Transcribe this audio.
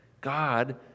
God